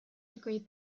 degree